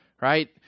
right